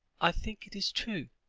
i think it is true.